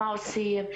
מה עושים,